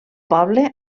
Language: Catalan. poble